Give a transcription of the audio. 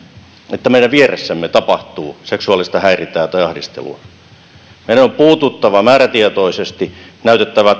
että meidän vieressämme tapahtuu seksuaalista häirintää tai ahdistelua meidän on puututtava määrätietoisesti ja näytettävä